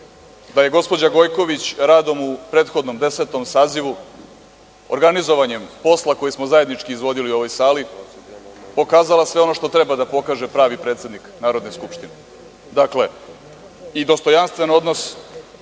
da je gospođa Gojković radom u prethodnom desetom sazivu organizovanjem posla koji smo zajednički izvodili u ovoj sali, pokazala sve ono što treba da pokaže pravi predsednik Narodne skupštine. Dakle, i dostojanstven odnos